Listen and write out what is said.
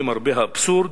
למרבה האבסורד,